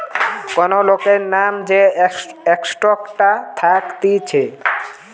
কোন লোকের নাম যে স্টকটা থাকতিছে